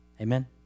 Amen